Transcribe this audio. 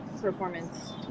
performance